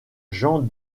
jean